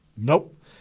Nope